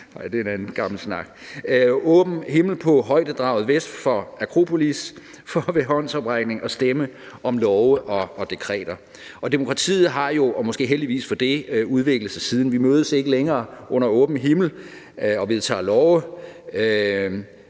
åben himmel på højdedraget vest for Akropolis for ved håndsoprækning at stemme om love og dekreter. Og demokratiet har jo – og måske heldigvis for det – udviklet sig siden. Vi mødes ikke længere under åben himmel og vedtager love